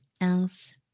else